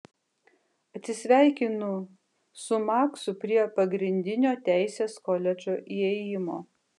atsisveikinu su maksu prie pagrindinio teisės koledžo įėjimo